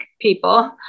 people